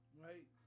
Right